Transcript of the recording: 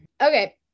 Okay